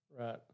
Right